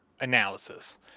analysis